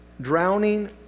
drowning